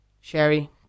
sherry